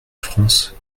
france